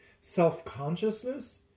self-consciousness